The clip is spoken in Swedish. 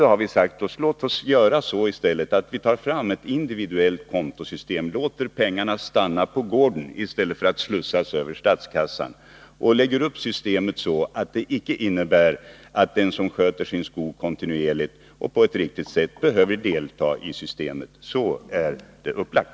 Då har vi sagt: Låt oss i stället ta fram ett individuellt kontosystem — dvs. låt pengarna stanna på gården i stället för att slussa dem över statskassan — och lägga upp systemet så att det innebär att den som sköter sin skog kontinuerligt och på ett riktigt sätt inte behöver göra några insättningar. Så är det upplagt.